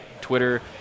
Twitter